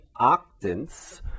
octants